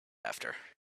after